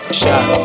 shot